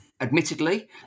Admittedly